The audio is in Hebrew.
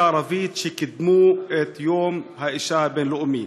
הערבית שקידמו את יום האישה הבין-לאומי: